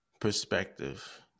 perspective